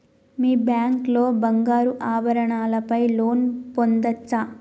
మీ bank లో బంగారు ఆభరణాల పై లోన్ పొందచ్చా?